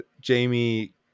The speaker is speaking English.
jamie